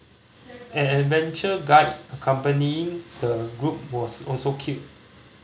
an adventure guide accompanying the group was also killed